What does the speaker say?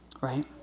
Right